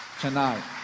tonight